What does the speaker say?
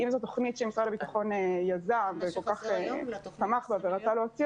אם זו תוכנית שמשרד הביטחון יזם וכל כך תמך בה ורצה להוציא